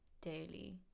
daily